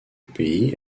pays